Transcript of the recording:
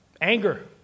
Anger